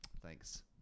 Thanks